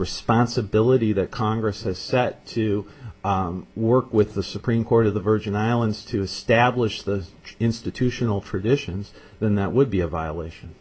responsibility that congress has set to work with the supreme court of the virgin islands to establish the institutional traditions then that would be a violation